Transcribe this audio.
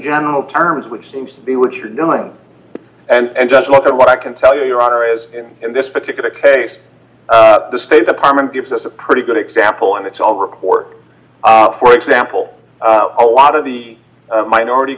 general terms which seems to be what you're doing and just look at what i can tell you your honor is in in this particular case the state department gives us a pretty good example and it's all record for example a lot of the minority